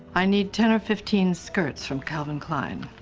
i need ten or fifteen skirts from calvin klein.